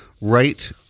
right